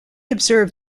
observed